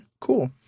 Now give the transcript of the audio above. Cool